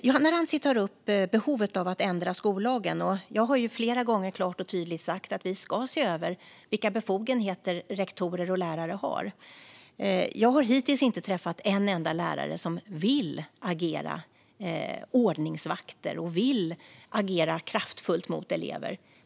Johanna Rantsi tar upp behovet av att ändra skollagen. Jag har flera gånger klart och tydligt sagt att vi ska se över vilka befogenheter rektorer och lärare har. Jag har hittills inte träffat en enda lärare som vill agera ordningsvakt eller vill agera kraftfullt mot elever.